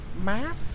map